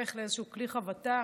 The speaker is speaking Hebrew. הופך לאיזשהו כלי חבטה